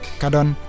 kadon